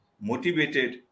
motivated